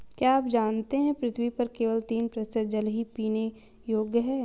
क्या आप जानते है पृथ्वी पर केवल तीन प्रतिशत जल ही पीने योग्य है?